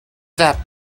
sap